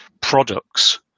products